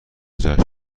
جشن